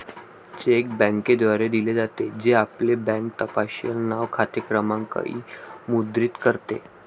check बँकेद्वारे दिले जाते, जे आपले बँक तपशील नाव, खाते क्रमांक इ मुद्रित करते